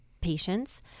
patients